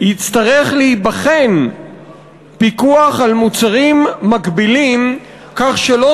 יצטרך להיבחן פיקוח על מוצרים מקבילים כך שלא